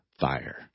fire